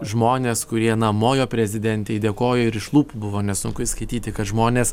žmones kurie na mojo prezidentei dėkojo ir iš lūpų buvo nesunku išskaityti kad žmonės